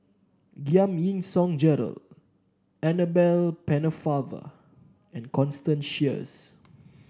Giam Yean Song Gerald Annabel Pennefather and Constance Sheares